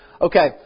Okay